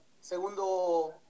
Segundo